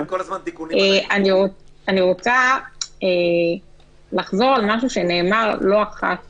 אני רוצה לחזור על משהו שנאמר לא אחת